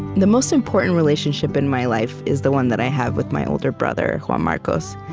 the most important relationship in my life is the one that i have with my older brother, juan marcos.